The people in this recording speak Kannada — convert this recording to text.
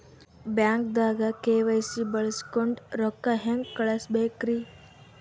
ಬ್ಯಾಂಕ್ದಾಗ ಕೆ.ವೈ.ಸಿ ಬಳಸ್ಕೊಂಡ್ ರೊಕ್ಕ ಹೆಂಗ್ ಕಳಸ್ ಬೇಕ್ರಿ?